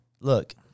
Look